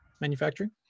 manufacturing